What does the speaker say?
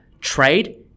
trade